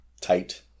tight